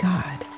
God